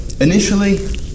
initially